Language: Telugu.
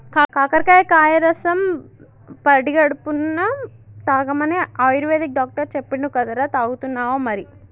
కాకరకాయ కాయ రసం పడిగడుపున్నె తాగమని ఆయుర్వేదిక్ డాక్టర్ చెప్పిండు కదరా, తాగుతున్నావా మరి